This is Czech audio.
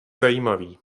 zajímavý